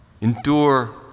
endure